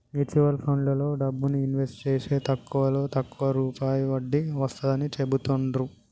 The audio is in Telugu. మ్యూచువల్ ఫండ్లలో డబ్బుని ఇన్వెస్ట్ జేస్తే తక్కువలో తక్కువ రూపాయి వడ్డీ వస్తాడని చెబుతాండ్రు